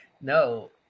no